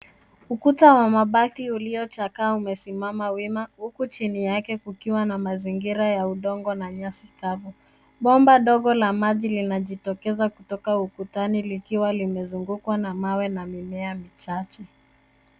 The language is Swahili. Ukuta wa mabati uliochakaa umesimama wima huku chini yake kukiwa na mazingira ya udongo na nyasi kavu. Bomba ndogo la maji linajitokeza kutoka ukutani likiwa limezungukwa na mawe na mimea michache.